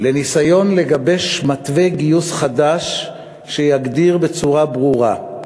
בניסיון לגבש מתווה גיוס חדש שיגדיר בצורה ברורה,